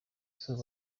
sol